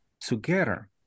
together